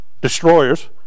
destroyers